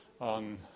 on